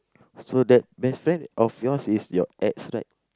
so that best friend of yours is your ex right